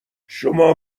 شما